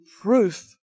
proof